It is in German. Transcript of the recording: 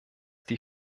die